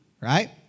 right